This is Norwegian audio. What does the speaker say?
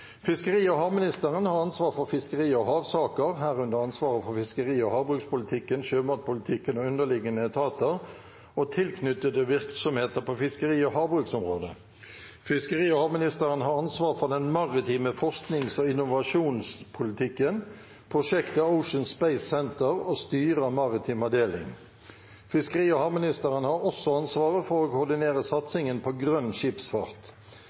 havministeren har ansvaret for fiskeri- og havsaker, herunder ansvaret for fiskeri- og havbrukspolitikken, sjømatpolitikken og underliggende etater og tilknyttede virksomheter på fiskeri- og havbruksområdet. Fiskeri- og havministeren har ansvar for den maritime forsknings- og innovasjonspolitikken, prosjektet Ocean Space Centre og styret av Maritim avdeling. Fiskeri- og havministeren har også ansvaret for å koordinere satsingen på grønn skipsfart.